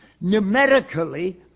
Numerically